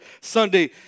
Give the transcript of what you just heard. Sunday